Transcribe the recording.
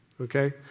okay